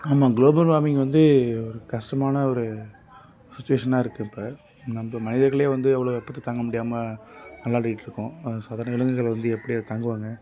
ஆமாம் global warming வந்து ஒரு கஷ்டமான ஒரு சுச்சுவேஷனாக இருக்கு இப்போ நம்ப மனிதர்களே வந்து எவ்வளோ வெப்பத்தை தாங்க முடியாமல் அல்லாடிக்கிட்டு இருக்கோம் சாதாரண விலங்குகள் வந்து எப்படி அதைத் தாங்குவாங்க